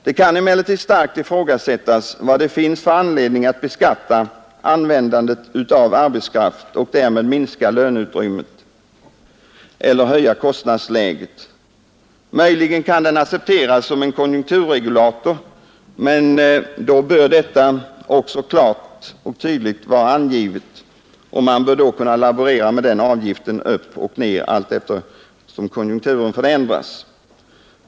Det kan emellertid starkt ifrågasättas vad det finns för anledning att beskatta användandet av arbetskraft och därmed minska löneutrymmet eller höja kostnadsläget. Möjligen kan arbetsgivaravgiften accepteras som en konjunkturregulator, men då bör detta också klart och tydligt vara angivet, och man bör kunna laborera med avgiften upp och ned allteftersom konjunkturen förändras.